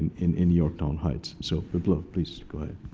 in in yorktown heights. so biplav, please, go ahead.